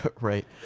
Right